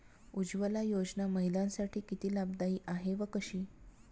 उज्ज्वला योजना महिलांसाठी किती लाभदायी आहे व कशी?